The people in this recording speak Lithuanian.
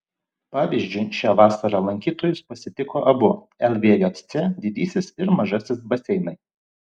pavyzdžiui šią vasarą lankytojus pasitiko abu lvjc didysis ir mažasis baseinai